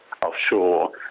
offshore